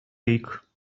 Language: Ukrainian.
рік